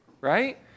Right